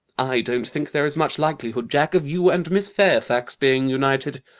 i don't think there is much likelihood, jack, of you and miss fairfax being united.